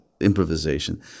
improvisation